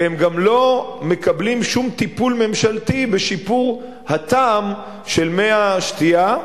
והם גם לא מקבלים שום טיפול ממשלתי לשיפור הטעם של מי השתייה.